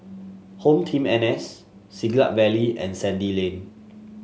HomeTeam N S Siglap Valley and Sandy Lane